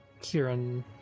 Kieran